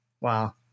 Wow